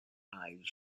eyes